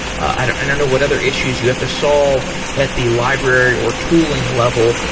i don't i don't know what other issues you have to solve at the library, or tooling level,